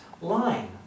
line